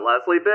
Leslie